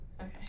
Okay